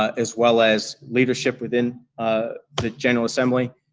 ah as well as leadership within ah the general assembly,